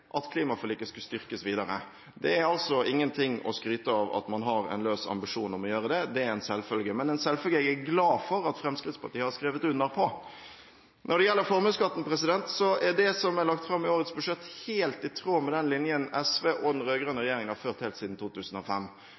at klimaforliket skulle styrkes videre. Det er altså ingenting å skryte av at man har en løs ambisjon om å gjøre det. Det er en selvfølge, men en selvfølge jeg er glad for at Fremskrittspartiet har skrevet under på. Når det gjelder formuesskatten, er det som er lagt fram i årets budsjett, helt i tråd med den linjen SV og den rød-grønne regjeringen har ført helt siden 2005.